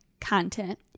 content